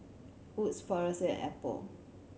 Wood's Frisolac and Apple